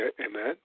Amen